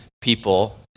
people